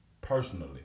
personally